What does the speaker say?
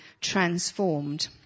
transformed